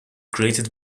created